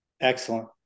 Excellent